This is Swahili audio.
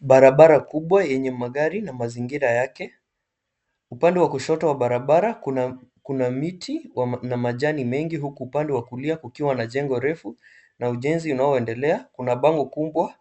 Barabara kubwa yenye magari na mazingira yake. Upande wa kushoto wa barabara kuna miti na majani mengi huku upande wa kulia kukiwa na jengo refu na ujenzi unaoendelea. Kuna bango kubwa